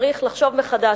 צריך לחשוב מחדש,